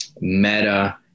meta